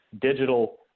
digital